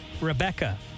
Rebecca